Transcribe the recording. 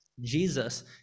Jesus